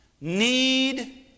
need